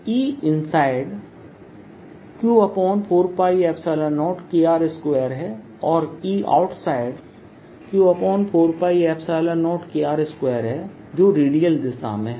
DinsideQ4πr2 ErQ4π0Kr2r तो EInside Q4π0Kr2 है और EOutside Q4π0Kr2है जो रेडियल दिशा में है